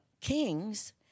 kings